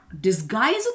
Disguise